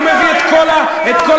הוא מביא את כל הבינה,